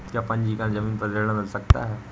क्या पंजीकरण ज़मीन पर ऋण मिल सकता है?